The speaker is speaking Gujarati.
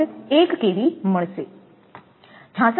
1 𝑘𝑉 છે